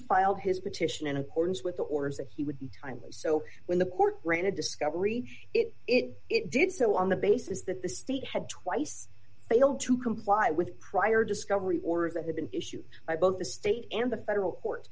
filed his petition in accordance with the orders that he would be timely so when the court granted discovery it ringback it it did so on the basis that the state had twice failed to comply with prior discovery orders that have been issued by both the state and the federal court